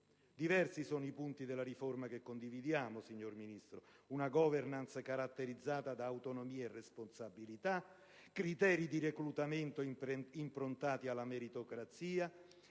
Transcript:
Diversi sono i punti della riforma che condividiamo, signora Ministro: una *governance* caratterizzata da autonomia e responsabilità, criteri di reclutamento improntati alla meritocrazia,